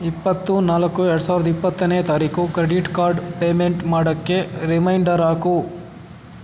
ಇಪ್ಪತ್ತು ನಾಲ್ಕು ಎರಡು ಸಾವಿರದ ಇಪ್ಪತ್ತನೇ ತಾರೀಖು ಕ್ರೆಡಿಟ್ ಕಾರ್ಡ್ ಪೇಮೆಂಟ್ ಮಾಡೋಕ್ಕೆ ರಿಮೈಂಡರ್ ಹಾಕು